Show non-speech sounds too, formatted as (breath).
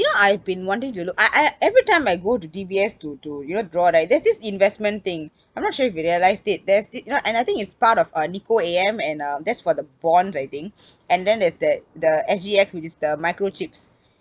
you know I've been wanting to look I I every time I go to D_B_S to to you know draw right there is this investment thing I'm not sure if you realised it there's thi~ no and I think it's part of uh nikko A_M and uh that's for the bonds I think (breath) and then there's that the S_G_X which is the microchips